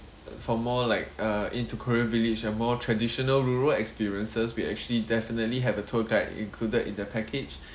for more like uh into korean village and more traditional rural experiences we actually definitely have a tour guide included in the package